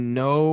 no